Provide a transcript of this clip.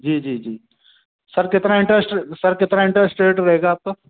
जी जी जी सर कितना इंटरेस्ट सर कितना इंटरेस्ट रेट रहेगा आपका